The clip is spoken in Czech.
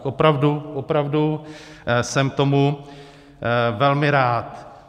Opravdu, opravdu jsem tomu velmi rád.